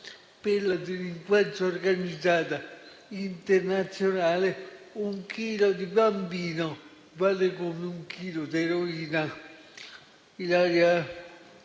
per la delinquenza organizzata internazionale un chilo di bambino vale come un chilo di eroina.